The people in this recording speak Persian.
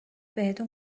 بهتون